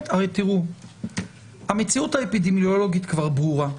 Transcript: תראו, המציאות האפידמיולוגית כבר ברורה.